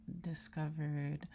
discovered